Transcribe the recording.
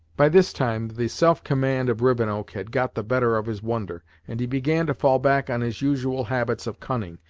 by this time the self-command of rivenoak had got the better of his wonder, and he began to fall back on his usual habits of cunning,